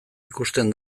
ikusten